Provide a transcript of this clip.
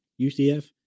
UCF